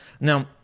Now